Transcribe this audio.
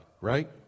right